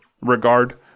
regard